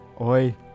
Oi